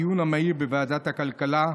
הדיון המהיר בוועדת הכלכלה,